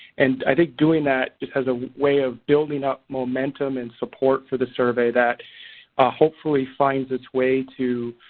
and i think doing that just has a way of building up momentum and support for the survey that ah hopefully finds its way to